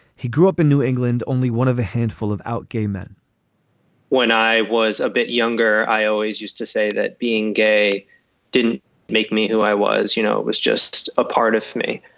he grew up in new england. only one of a handful of out gay men when i was a bit younger, i always used to say that being gay didn't make me who i was, you know, it was just a part of me.